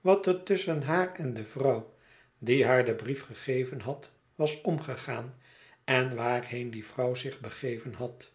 wat er tusschen haar en de vrouw die haar den brief gegeven had was omgegaan en waarheen die vrouw zich begeven had